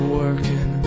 working